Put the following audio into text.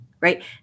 right